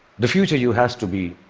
the future you has to be